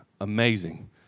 Amazing